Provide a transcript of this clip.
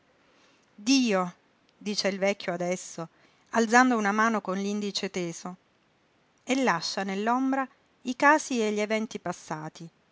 dio dice il vecchio adesso alzando una mano con l'indice teso e lascia nell'ombra i casi e gli eventi passati